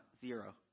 Zero